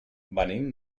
venim